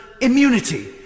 immunity